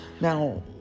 Now